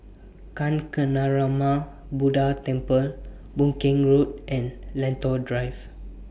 Kancanarama Buddha Temple Boon Keng Road and Lentor Drive